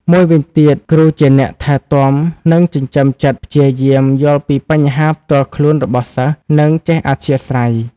មួយវិញទៀតគ្រូជាអ្នកថែទាំនិងចិញ្ចឹមចិត្តព្យាយាមយល់ពីបញ្ហាផ្ទាល់ខ្លួនរបស់សិស្ស និងចេះអធ្យាស្រ័យ។